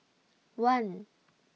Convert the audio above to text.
one